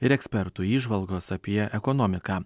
ir ekspertų įžvalgos apie ekonomiką